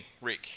Rick